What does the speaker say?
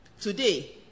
Today